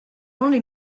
only